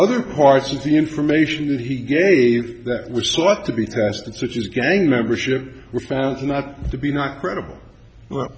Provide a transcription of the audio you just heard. other parts of the information that he gave that was sought to be tested such as gang membership were found not to be not credible